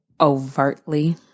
overtly